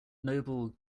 noble